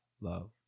love